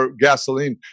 gasoline